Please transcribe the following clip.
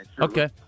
Okay